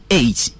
eight